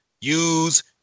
use